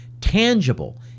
tangible